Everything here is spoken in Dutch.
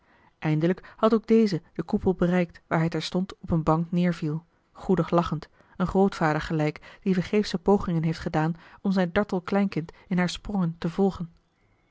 eindelijk had ook deze den koepel bereikt waar hij terstond op een bank neerviel goedig lachend een grootvader gelijk die vergeefsche pogingen heeft gedaan om zijn dartel kleinkind in haar sprongen te volgen